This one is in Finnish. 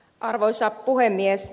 arvoisa puhemies